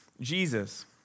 Jesus